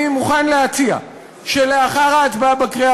אני מוכן להציע שלאחר ההצבעה בקריאה